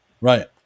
Right